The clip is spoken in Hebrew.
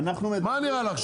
מה נראה לך?